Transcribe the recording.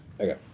Okay